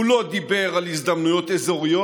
הוא לא דיבר על הזדמנויות אזוריות,